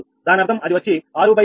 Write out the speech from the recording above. దానర్థం అది వచ్చి 6 6